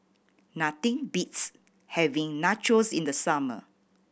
nothing beats having Nachos in the summer